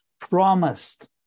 promised